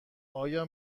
آیا